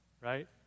right